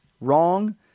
wrong